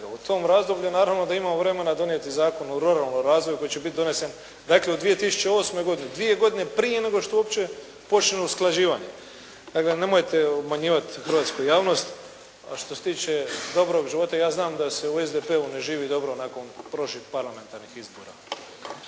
U tom razdoblju naravno da imamo vremena donijeti Zakon o ruralnom razvoju koji će biti donesen dakle u 2008. godini. Dvije godine prije nego što uopće počne usklađivanje. Dakle nemojte obmanjivati hrvatsku javnost. A što se tiče dobrog života ja znam da se u SDP-u ne živi dobro nakon prošlih parlamentarnih izbora.